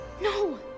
No